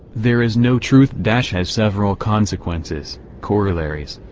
there is no truth has several consequences, corollaries.